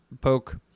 Poke